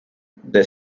the